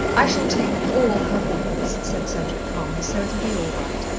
i shall take all her balls, said cedric calmly, so it'll be all right.